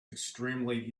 extremely